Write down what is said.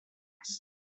passed